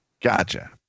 Gotcha